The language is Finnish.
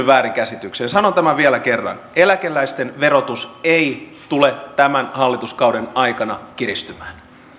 väärinkäsityksiä sanoa tämän vielä kerran eläkeläisten verotus ei tule tämän hallituskauden aikana kiristymään